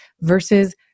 versus